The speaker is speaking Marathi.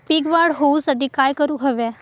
पीक वाढ होऊसाठी काय करूक हव्या?